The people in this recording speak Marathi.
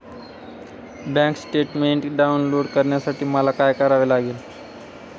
बँक स्टेटमेन्ट डाउनलोड करण्यासाठी मला काय करावे लागेल?